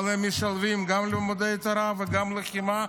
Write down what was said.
וגם לחימה.